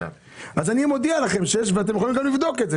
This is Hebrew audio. אני מודיע לכם ואתם גם יכולים לבדוק את זה